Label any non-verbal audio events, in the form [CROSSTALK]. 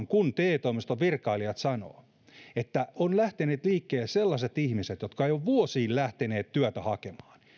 [UNINTELLIGIBLE] kun te toimiston virkailijat sanovat minulle että liikkeelle ovat lähteneet sellaiset ihmiset jotka eivät ole vuosiin lähteneet työtä hakemaan